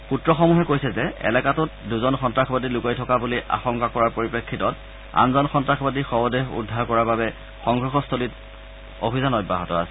সুত্ৰসমূহে কৈছে যে এলেকাটোত দুজন সন্তাসবাদী লুকাই থকা বুলি আশংকা কৰাৰ পৰিপ্ৰেক্ষিতত আনজন সন্তাসবাদীৰ শৱদেহ উদ্ধাৰ কৰাৰ বাবে সংঘৰ্ষ স্থলীত অভিযান অব্যাহত আছে